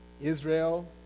Israel